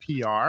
PR